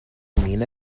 mean